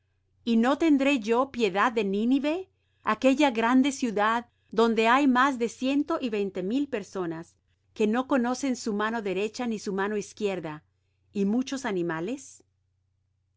y no tendré yo piedad de nínive aquella grande ciudad donde hay más de ciento y veinte mil personas que no conocen su mano derecha ni su mano izquierda y muchos animales